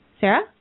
Sarah